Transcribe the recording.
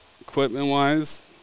equipment-wise